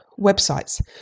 websites